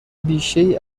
بیشهای